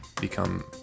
become